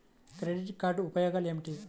Credit card ఉపయోగాలు ఏమిటి?